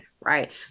Right